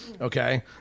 Okay